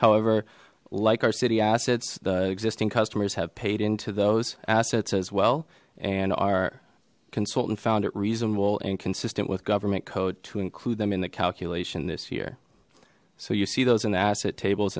however like our city assets the existing customers have paid into those assets as well and our consultant found it reasonable and consistent with government code to include them in the calculation this year so you see those in asset tables